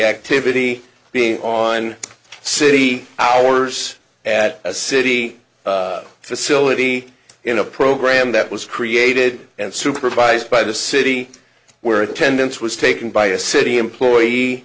activity being on city hours at a city facility in a program that was created and supervised by the city where attendance was taken by a city employee